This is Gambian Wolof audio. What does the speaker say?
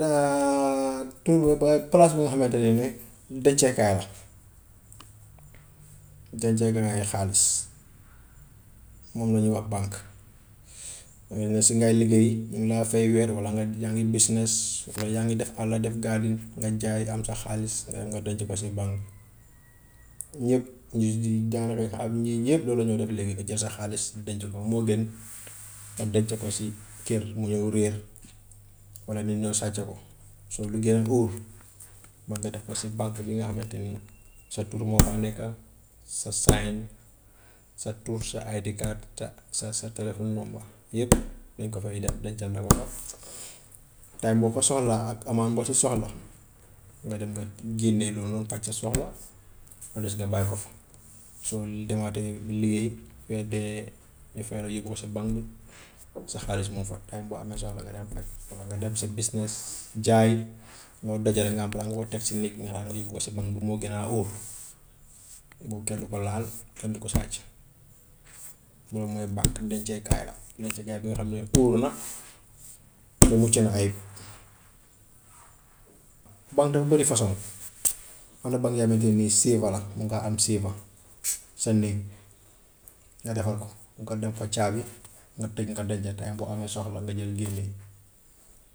trouver benn place boo xam ne ni denceekaay la, denceekaayu xaalis moom lañuy wax banque xam nga ne si ngay liggéey ñu ngi lay fay weer walla nga yaa ngi business foofu le yaa ngi def àlla def guardian nga jaay am sa xaalis, nga dem nga denc ko si banque. Ñëpp ñu si daanaka àdduna yi ñëpp loolu lañoo def léegi nga jël sa xaalis denc ko moo gën nga denc ko si kër mu ñëw réer, walla nit ñëw sàcc ko. Soo buggee lu óor mun nga def ko si banque bi nga xamante ne ni sa tur moo faa nekka, sa sign, sa tur sa id card, sa sa sa téléphone number yëpp dañ ko fay def dencal la, walla time boo ko soxlaa ak amount boo ci soxla nga dem nga génnee loolu noonu faj sa soxla lu des nga bàyyi ko fa, soo demaatee liggéey weer deeyee ñu fay la yóbbu ko sa banque sa xaalis mu ngi fa time boo amee soxla nga dem faj, walla nga dem sa business jaay, loo dajale nga am, balaa nga koo teg si néeg bi nga ne xaaral ma yóbbu ko si banque bi moo gënaa óor boobu kenn du ko laal, kenn du ko sàcc, loolu mooy banque denceekaay la, denceekaay bi nga xam ne óor na te mucc na ayib. Banque dafa bari façon am na banques yoo xamante ne ni mun ngaa am sa néeg nga defar ko, nga def ko caabi, nga tëj nga denc time boo amee soxla nga jël génne.